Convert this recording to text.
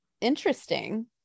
interesting